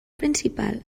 principal